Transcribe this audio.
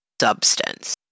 substance